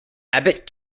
abbot